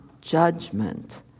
judgment